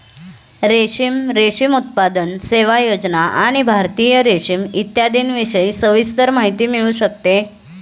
रेशीम, रेशीम उत्पादन, सेवा, योजना आणि भारतीय रेशीम इत्यादींविषयी सविस्तर माहिती मिळू शकते